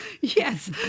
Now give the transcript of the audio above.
Yes